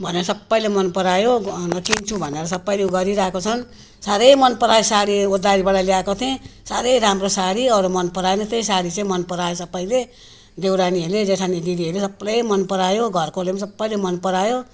भनेर सबैले मन परायो किन्छु भनेर सबैले ऊ गरिराको छन् साह्रै मन परायो साडी ओत्लाबारीबाट ल्याएको थिएँ साह्रै राम्रो सारी अरू मन पराएन त्यही साडी चाहिँ मन परायो सबैले देउरानीहरूले जेठानी दिदीहरूले सबले मन परायो घरकोले पनि सबैले मन परायो